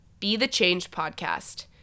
bethechangepodcast